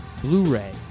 Blu-ray